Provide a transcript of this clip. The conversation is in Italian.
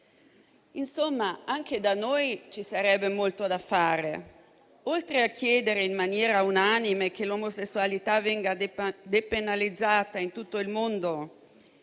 Insomma, anche da noi ci sarebbe molto da fare. Oltre a chiedere in maniera unanime che l'omosessualità venga depenalizzata in tutto il mondo,